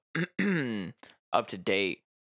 up-to-date